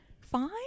Fine